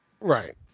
right